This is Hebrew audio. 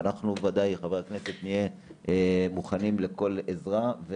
ואנחנו ודאי חברי הכנסת נהיה מוכנים לכל עזרה.